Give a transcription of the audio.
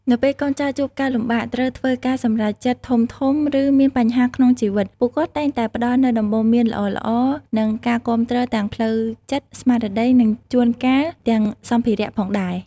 នៅពេលកូនចៅជួបការលំបាក ត្រូវធ្វើការសម្រេចចិត្តធំៗ ឬមានបញ្ហាក្នុងជីវិត ពួកគាត់តែងតែផ្តល់នូវ ដំបូន្មានល្អៗ និង ការគាំទ្រ ទាំងផ្លូវចិត្ត ស្មារតី និងជួនកាលទាំងសម្ភារៈផងដែរ។